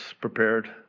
prepared